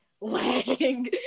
Lang